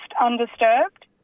undisturbed